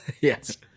Yes